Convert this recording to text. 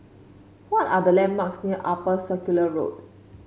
what are the landmarks near Upper Circular Road